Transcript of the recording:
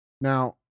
Now